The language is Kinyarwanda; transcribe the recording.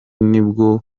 nibwo